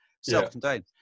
Self-contained